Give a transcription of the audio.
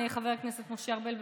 חבר הכנסת משה ארבל,